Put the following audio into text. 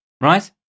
right